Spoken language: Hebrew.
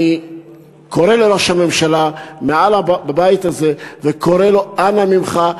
אני קורא לראש הממשלה בבית הזה וקורא לו: אנא ממך,